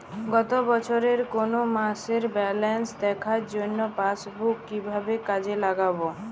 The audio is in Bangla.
গত বছরের কোনো মাসের ব্যালেন্স দেখার জন্য পাসবুক কীভাবে কাজে লাগাব?